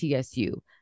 TSU